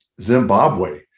Zimbabwe